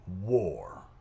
war